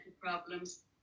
problems